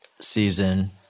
season